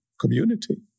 community